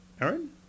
aaron